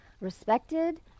respected